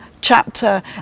chapter